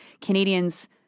Canadians